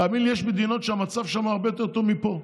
תאמין לי, יש מדינות שהמצב שם הרבה יותר טוב מפה.